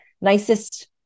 nicest